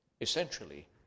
essentially